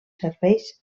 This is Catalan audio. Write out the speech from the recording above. serveis